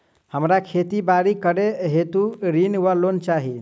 हमरा खेती बाड़ी करै हेतु ऋण वा लोन चाहि?